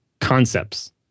concepts